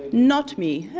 not me.